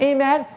Amen